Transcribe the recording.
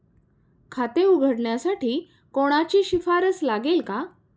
खाते उघडण्यासाठी कोणाची शिफारस लागेल का?